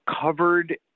covered